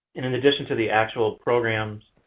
in and addition to the actual programs,